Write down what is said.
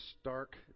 stark